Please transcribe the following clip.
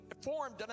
formed